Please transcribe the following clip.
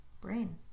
brain